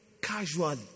casually